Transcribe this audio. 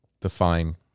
define